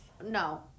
No